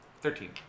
Thirteen